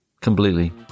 Completely